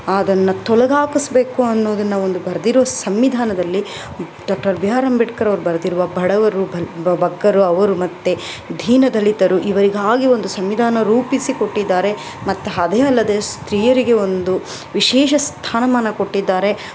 ಅದನ್ನ ತೊಲಗಾಕಿಸ್ಬೇಕು ಅನ್ನೋದನ್ನು ಒಂದು ಬರೆದಿರೋ ಸಂವಿಧಾನದಲ್ಲಿ ಡಾಕ್ಟರ್ ಬಿ ಆರ್ ಅಂಬೇಡ್ಕರ್ ಅವ್ರು ಬರೆದಿರು ಬಡವರು ಬಗ್ಗರು ಅವರು ಮತ್ತು ದೀನದಲಿತರು ಇವರಿಗಾಗಿ ಒಂದು ಸಂವಿಧಾನ ರೂಪಿಸಿ ಕೊಟ್ಟಿದ್ದಾರೆ ಮತ್ತು ಅದೇ ಅಲ್ಲದೆ ಸ್ತ್ರೀಯರಿಗೆ ಒಂದು ವಿಶೇಷ ಸ್ಥಾನಮಾನ ಕೊಟ್ಟಿದ್ದಾರೆ